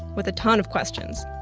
with a ton of questions.